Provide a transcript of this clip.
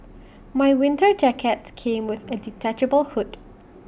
my winter jacket came with A detachable hood